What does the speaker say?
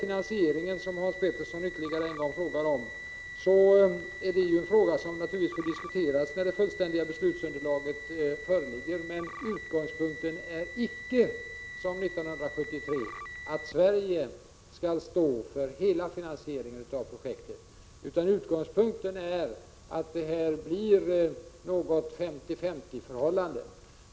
Finansieringen, som Hans Pettersson i Helsingborg ytterligare en gång frågade om, är en sak som naturligtvis får diskuteras när det fullständiga beslutsunderlaget föreligger. Utgångspunkten är icke, som 1973, att Sverige skall stå för hela finansieringen av projektet. Utgångspunkten är att åstadkomma ett 50/50-förhållande.